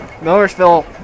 Millersville